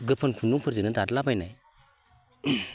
गोफोन खुन्दुंफोरजोंनो दाला बायनाय